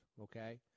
okay